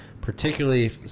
Particularly